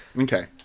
okay